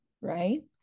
right